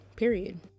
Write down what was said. period